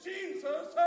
Jesus